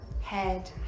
head